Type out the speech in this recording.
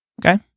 Okay